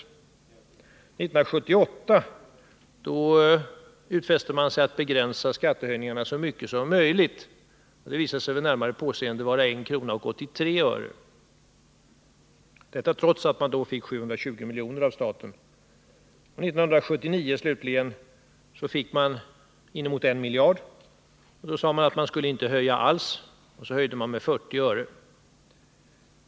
1978 utfäste man sig att begränsa skattehöjningarna så mycket som möjligt. Det visade sig vid närmare påseende vara 1:83 kr. — detta trots att man då fick 720 miljoner av staten. 1979 slutligen fick man inemot 1 miljard. Då sade man att man inte skulle höja alls, och så höjde man med 40 öre.